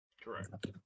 Correct